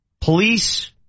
police